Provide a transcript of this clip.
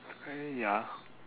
uh ya